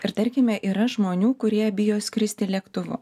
ir tarkime yra žmonių kurie bijo skristi lėktuvu